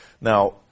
Now